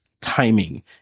timing